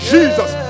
Jesus